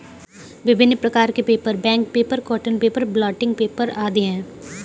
विभिन्न प्रकार के paper, bank paper, cotton paper, blotting paper आदि हैं